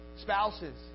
Spouses